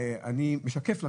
האם הוא יתוקן בעתיד?